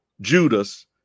Judas